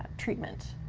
treatment,